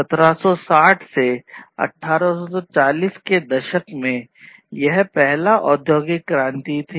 1760 से 1840 के दशक में यह पहला औद्योगिक क्रांति था